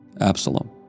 Absalom